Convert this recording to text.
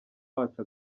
wacu